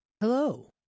Hello